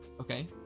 Okay